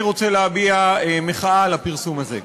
אני רוצה להביע מחאה על הפרסום הזה.